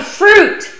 fruit